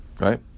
right